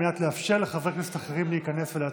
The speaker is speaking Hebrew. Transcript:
מנת לאפשר לחברי כנסת אחרים להיכנס ולהצביע.